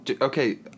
okay